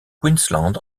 queensland